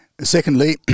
Secondly